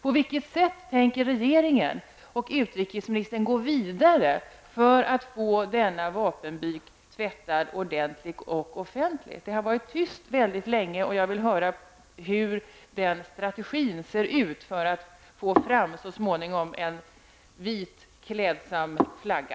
På vilket sätt tänker regeringen och utrikesministern gå vidare för att få denna vapenbyk tvättad ordenligt och offentligt? Det har varit tyst mycket länge, och därför vill jag veta hur strategin ser ut. Det gäller ju att så småningom få fram en vit klädsam flagga.